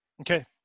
Okay